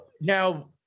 now